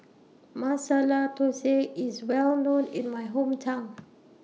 Masala Dosa IS Well known in My Hometown